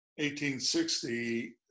1860